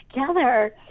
together